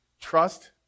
Trust